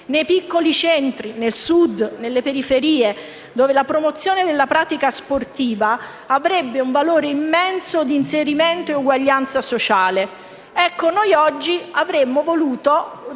nei piccoli centri, al Sud, nelle periferie, dove la promozione della pratica sportiva avrebbe un valore immenso di inserimento e uguaglianza sociale. Ecco, noi oggi avremmo voluto